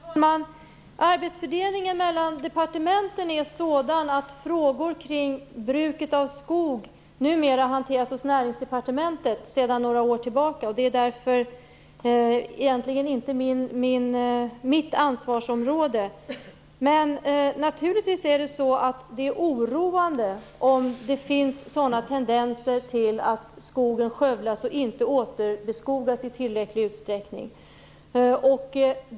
Herr talman! Arbetsfördelningen mellan departementen är sådan att frågor kring bruket av skog sedan några år tillbaka hanteras hos Näringsdepartementet. Det är därför egentligen inte mitt ansvarsområde. Men naturligtvis är det oroande om det finns sådana tendenser till att skogen skövlas och inte återbeskogas i tillräcklig utsträckning.